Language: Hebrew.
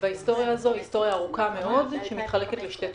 וההיסטוריה הזאת היא היסטוריה ארוכה מאוד שמתחלקת לשתי תקופות.